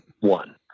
one